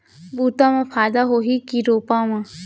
बुता म फायदा होही की रोपा म?